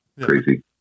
Crazy